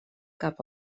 cap